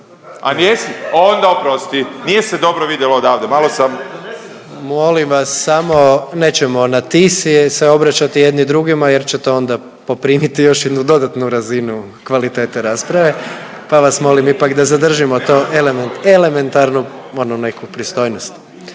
A jesi? Onda oprosti. Nije se dobro vidjelo odavde, malo sam … **Jandroković, Gordan (HDZ)** Molim vas samo nećemo na ti se obraćati jedni drugima, jer će to onda poprimiti još jednu dodatnu razinu kvalitete rasprave, pa vas molim ipak da zadržimo to elementarno onu neku pristojnost,